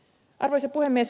arvoisa puhemies